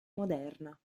moderna